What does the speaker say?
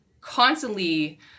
constantly